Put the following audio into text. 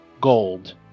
gold